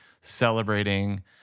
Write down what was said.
celebrating